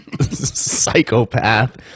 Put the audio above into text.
psychopath